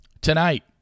Tonight